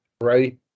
right